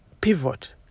pivot